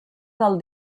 del